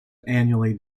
annually